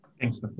Thanks